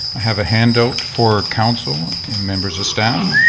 i have a handout for council and members of staff.